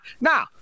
now